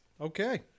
Okay